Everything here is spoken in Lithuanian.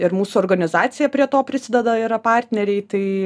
ir mūsų organizacija prie to prisideda yra partneriai tai